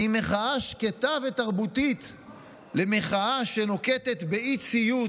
ממחאה שקטה ותרבותית למחאה שנוקטת באי-ציות